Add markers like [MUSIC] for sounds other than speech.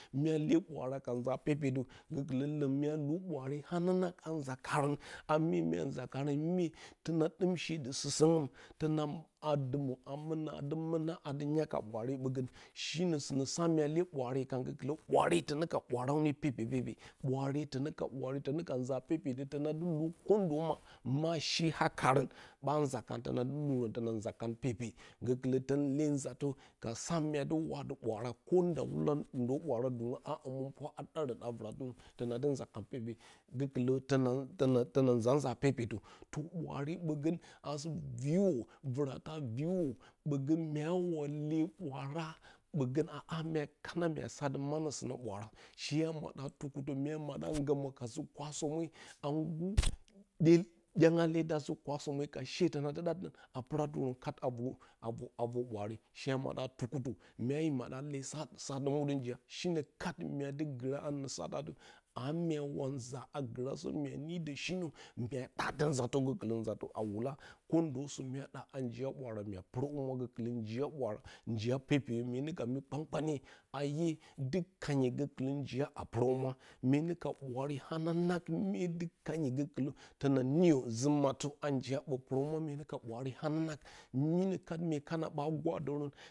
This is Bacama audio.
Myale ɓwaara ka nza pepetə gukɨlə longn mya lu buraare hananang anza karə a myemye nza karə mye tona dɨm she dɨ satsum tona a dumə a thuna dɨ muna a dɨ nya ka ɓwaare ɓogə shi nə sana sa mya le ɓwaare kan gokɨlə ɓwaare tonə ka ɓwaaraun pepepepe ɓwaare tonəka ɓwaa tonə ka nza pepetə tona mwo kondə ma ma shi hakarə ɓa mə karən tona dɨ lurə tona nza kan pepe gokɨ lə ton le nzatə ka sa mua du waatɨ ɓwaarako ndawala do ɓwaara dunguye a hemɨnpwa a ɗarə a vorantɨnə tena ndɨ nza van pepe guleɨlə to na tona tona nza aza pepetə [UNINTELLIGIBLE] bwaare bogə asɨ viow, viata viwo oɓogə mua wa le ɓwaara ɓogə a ha mya kana mya satɨ manə sɨnə ɓwaara she a mooa tukutə mua moɗa ngomə ka zi kwasəme angɨ [HESITATION] dyangya le da zi kwasome ko she tonadɨ da a pura dirə kat avor avor avor ɓwaare she a maɗa tukutə mya yə madə le sa sa dɨ mudə tukutə mya yə maɗə le sa sa dɨ muɗə njiya shinə kad mya du gurah anə satatɨ a mya wa nza a gurah sə mya nidə shenə mya ɗa də nzə gokɨlə matə a wuta, kondəsə mya ɗa aa njiya ɓwagra mya purohumwa gəkitə njiya njiya ɓwara njiya pepeyə myenə ka myi kpankpanya iye dɨ kangyi gokɨlə njiya a purchumwa mye nə ka ɓwaare hananang mye dɨ kangyi gokitlər to na niyə zi mattə a njiya ɓo puro humura mue no ka ɓwaare hananang minə kar mye kana ɓa guradoran.